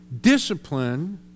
discipline